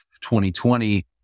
2020